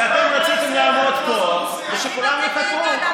כי אתם רציתם לעמוד פה ושכולם יחכו,